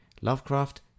Lovecraft